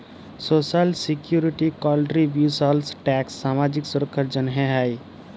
social security contributions tax সামাজিক সুরক্ষার জ্যনহে হ্যয়